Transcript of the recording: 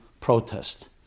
protest